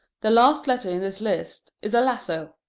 the last letter in this list is a lasso